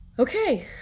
Okay